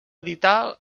editar